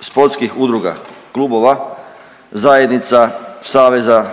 sportskih udruga klubova, zajednica, saveza,